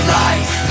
life